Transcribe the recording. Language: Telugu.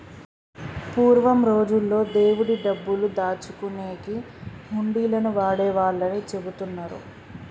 పూర్వం రోజుల్లో దేవుడి డబ్బులు దాచుకునేకి హుండీలను వాడేవాళ్ళని చెబుతున్నరు